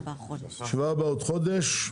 הישיבה הבאה עוד חודש.